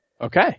Okay